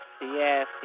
Yes